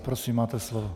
Prosím, máte slovo.